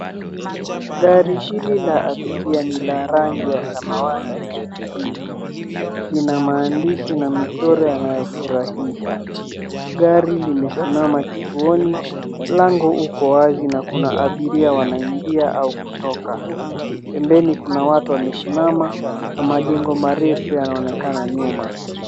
Gari hili la abiria ni la rangi ya samawati na kijivu. Lina maandishi na michoro yanayofurahisha. Gari limesimama kituoni. Mlango uko wazi na kuna abiria wanaingia au kutoka. Pembeni kuna watu wamesimama na majengo marefu yanaonekana nyuma.